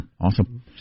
Awesome